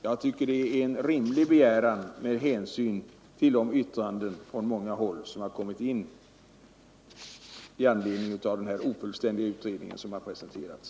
Jag tycker det är en rimlig begäran med hänsyn till yttranden från många håll som har kommit in med anledning av den ofullständiga utredning som har presenterats.